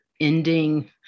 ending